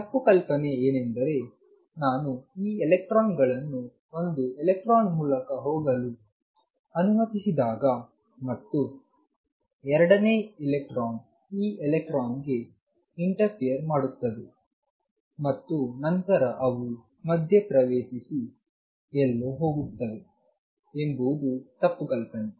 ತಪ್ಪು ಕಲ್ಪನೆ ಏನೆಂದರೆ ನಾನು ಈ ಎಲೆಕ್ಟ್ರಾನ್ಗಳನ್ನು ಒಂದು ಎಲೆಕ್ಟ್ರಾನ್ ಮೂಲಕ ಹೋಗಲು ಅನುಮತಿಸಿದಾಗ ಮತ್ತು ಎರಡನೇ ಎಲೆಕ್ಟ್ರಾನ್ ಈ ಎಲೆಕ್ಟ್ರಾನ್ಗೆ ಇಂಟರ್ಫೆರ್ ಮಾಡುತ್ತದೆ ಮತ್ತು ನಂತರ ಅವು ಮಧ್ಯಪ್ರವೇಶಿಸಿ ಎಲ್ಲೋ ಹೋಗುತ್ತವೆ ಎಂಬುದು ತಪ್ಪು ಕಲ್ಪನೆ